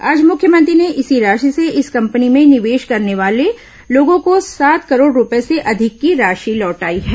आज मुख्यमंत्री ने इसी राशि से इस कंपनी में निवेश करने वाले लोगों को सात करोड़ रूपए से अधिक की राशि लौटाई है